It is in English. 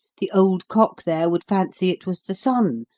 the old cock there would fancy it was the sun,